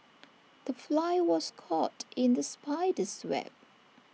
the fly was caught in the spider's web